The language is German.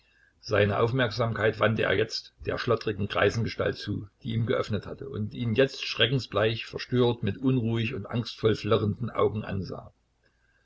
seine aufmerksamkeit wandte er jetzt der schlottrigen greisengestalt zu die ihm geöffnet hatte und ihn jetzt schreckensbleich verstört mit unruhig und angstvoll flirrenden augen ansah